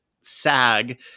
SAG